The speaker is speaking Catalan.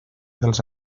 dels